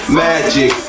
magic